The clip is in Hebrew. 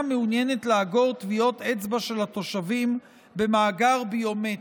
מעוניינת לאגור טביעות אצבע של התושבים במאגר ביומטרי.